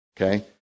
Okay